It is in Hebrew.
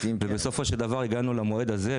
ובסופו של דבר הגענו למועד הזה,